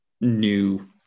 new